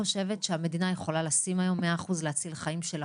אני לא חושבת שהמדינה יכולה לשים היום 100 אחוז להציל חיים של הכל.